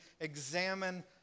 examine